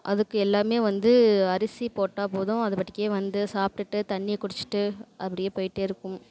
அதுக்கு எல்லாம் வந்து அரிசி போட்டால் போதும் அது பாட்டுக்கு வந்து சாப்பிட்டுட்டு தண்ணியை குடிச்சுட்டு அது பாட்டுக்கு போய்ட்டே இருக்கும்